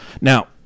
Now